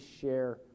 share